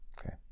Okay